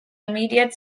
immediate